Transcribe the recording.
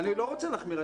אני לא רוצה להחמיר,